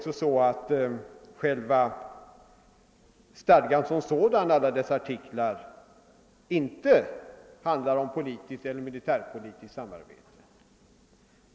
Stadgan som sådan med alla dess artiklar handlar inte om politiskt eller militärpolitiskt samarbete.